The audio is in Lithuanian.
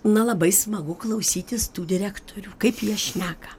na labai smagu klausytis tų direktorių kaip jie šneka